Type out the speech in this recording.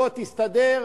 בוא תסתדר,